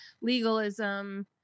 legalism